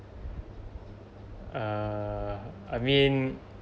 err I mean